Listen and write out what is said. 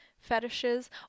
fetishes